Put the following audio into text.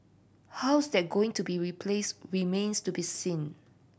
how's that going to be replaced remains to be seen